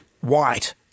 white